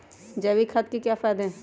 जैविक खाद के क्या क्या फायदे हैं?